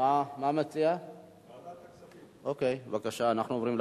מזמין את חבר הכנסת אורי אורבך.